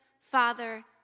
Father